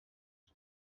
het